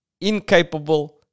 incapable